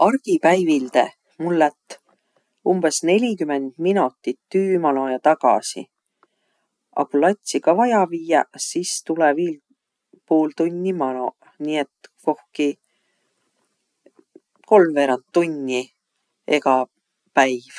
Argipäivilde mul lätt umbõs nelikümend minotit tüü mano ja tagasi. A ku latsi ka vaja viiäq, sis tulõ viil puul tunni manoq. Nii et kohki kolmveeränd tunni ega päiv.